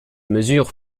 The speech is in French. mesures